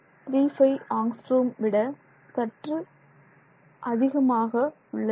35 angstrom விட சற்று அதிகமாக உள்ளது